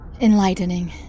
enlightening